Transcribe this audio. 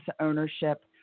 ownership